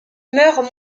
meurt